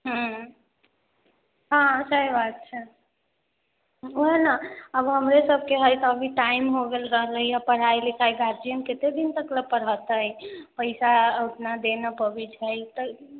हँ सही बात छै ओहिना आब हमरेसबके है काफी टाइम हो गेल रहले पढ़ाइ लिखाइ गार्जियन कते दिन तक पढ़तै पैसा उतना दै ना पाबै छै